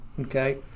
okay